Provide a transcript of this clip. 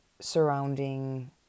Surrounding